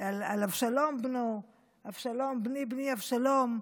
על אבשלום בנו: "אבשלום, בני בני אבשלום".